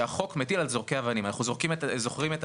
מפעילים אותו.